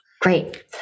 great